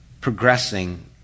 progressing